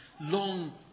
long